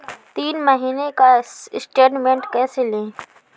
तीन महीने का स्टेटमेंट कैसे लें?